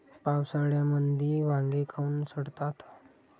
पावसाळ्यामंदी वांगे काऊन सडतात?